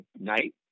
night